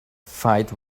fight